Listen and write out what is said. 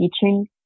teaching